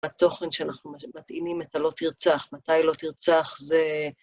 התוכן שאנחנו מטעינים את הלא תרצח, מתי לא תרצח זה...